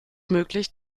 möglich